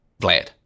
Vlad